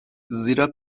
زیرا